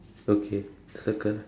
okay circle